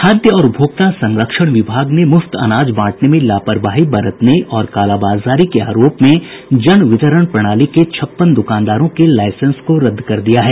खाद्य और उपभोक्ता संरक्षण विभाग ने मुफ्त अनाज बांटने में लापरवाही बरतने और कालाबाजारी के आरोप में जन वितरण प्रणाली के छप्पन द्रकानदारों के लाईसेंस को रद्द कर दिया है